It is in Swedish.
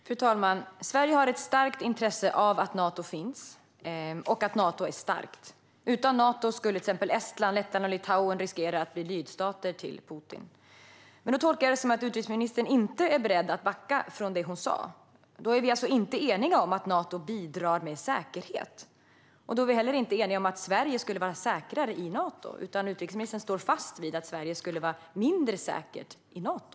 Fru talman! Sverige har ett starkt intresse av att Nato finns och av att Nato är starkt. Utan Nato skulle till exempel Estland, Lettland och Litauen riskera att bli lydstater till Putin. Jag tolkar det som att utrikesministern inte är beredd att backa från det hon sa. Då är vi alltså inte eniga om att Nato bidrar med säkerhet. Då är vi heller inte eniga om att Sverige skulle vara säkrare i Nato, utan utrikesministern står fast vid att Sverige skulle vara mindre säkert i Nato.